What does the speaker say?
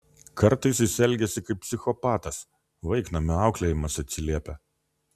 kartais jis elgiasi kaip psichopatas vaiknamio auklėjimas atsiliepia